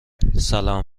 سلام